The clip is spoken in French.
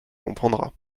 comprendra